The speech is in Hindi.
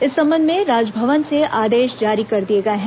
इस संबंध में राजभवन से आदेश जारी कर दिए गए हैं